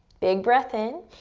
big breath in,